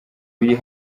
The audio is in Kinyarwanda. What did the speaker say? biri